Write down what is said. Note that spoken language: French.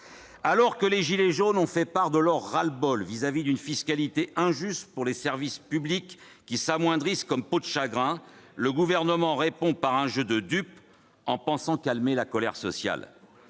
Alors que les « gilets jaunes » ont fait part de leur ras-le-bol à l'égard d'une fiscalité injuste pour des services publics qui s'amoindrissent comme peau de chagrin, le Gouvernement répond par un jeu de dupes, en pensant calmer la colère sociale.